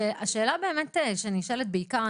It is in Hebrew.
השאלה שבאמת נשאלת בעיקר,